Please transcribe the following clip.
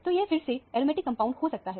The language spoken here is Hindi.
तो यह फिर से एरोमेटिक कंपाउंड हो सकता है